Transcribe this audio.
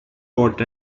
bought